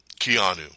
Keanu